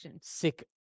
sick